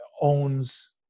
owns